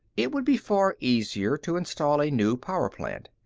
it would be far easier to install a new power plant.